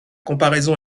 comparaison